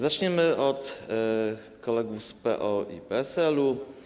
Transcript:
Zaczniemy od kolegów z PO i PSL.